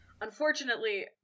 Unfortunately